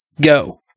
Go